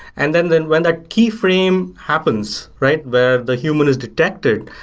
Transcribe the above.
and then then when that key frame happens, right, where the human is detected,